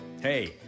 Hey